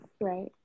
Right